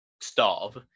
starve